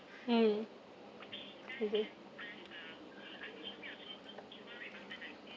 mm mmhmm